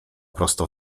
prosto